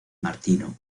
martino